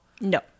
no